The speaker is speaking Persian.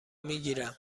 میگیرم